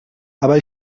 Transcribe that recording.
aber